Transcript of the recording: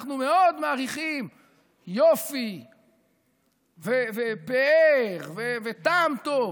אנחנו מעריכים מאוד יופי ופאר וטעם טוב,